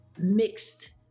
mixed